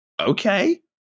okay